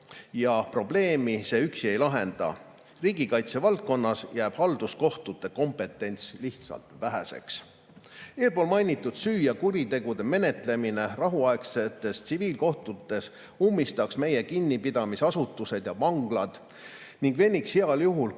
ja probleemi see üksi ei lahenda. Riigikaitse valdkonnas jääb halduskohtute kompetents lihtsalt väheseks. Eespool mainitud süü- ja kuritegude menetlemine rahuaegsetes tsiviilkohtutes ummistaks meie kinnipidamisasutused ja vanglad ning veniks heal juhul